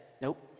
nope